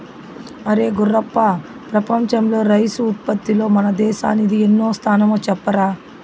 అరే గుర్రప్ప ప్రపంచంలో రైసు ఉత్పత్తిలో మన దేశానిది ఎన్నో స్థానమో చెప్పరా